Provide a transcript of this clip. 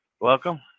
welcome